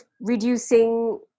reducing